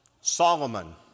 Solomon